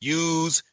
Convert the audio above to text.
use